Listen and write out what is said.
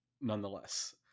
nonetheless